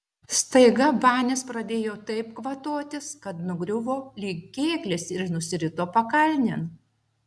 staiga banis pradėjo taip kvatotis kad nugriuvo lyg kėglis ir nusirito pakalnėn